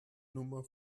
nummer